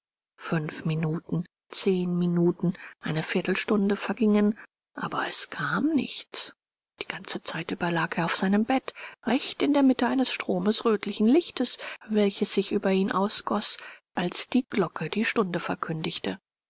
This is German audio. fünf minuten zehn minuten eine viertelstunde vergingen aber es kam nichts die ganze zeit über lag er auf seinem bett recht in der mitte eines stromes rötlichen lichtes welches sich über ihn ausgoß als die glocke die stunde verkündigte